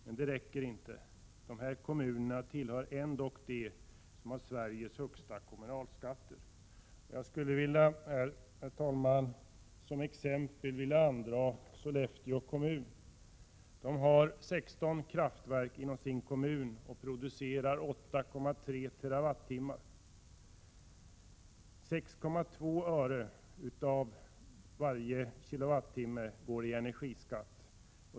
Men det räcker inte. Dessa kommuner tillhör ändock de som har Sveriges högsta kommunalskatter. Jag skulle här, herr talman, som exempel vilja anföra Sollefteå kommun. Inom Sollefteå kommun finns 16 kraftverk. Dessa producerar totalt 8,3 tWh. För varje kWh betalas 6,2 öre i energiskatt.